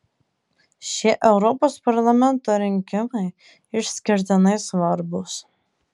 šie europos parlamento rinkimai išskirtinai svarbūs